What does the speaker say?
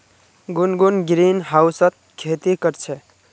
गुनगुन ग्रीनहाउसत खेती कर छ